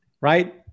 right